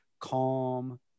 calm